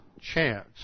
chance